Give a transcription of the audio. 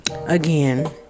Again